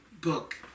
book